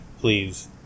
please